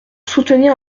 soutenir